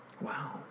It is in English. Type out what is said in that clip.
Wow